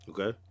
Okay